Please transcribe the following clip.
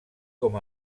com